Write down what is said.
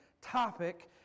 topic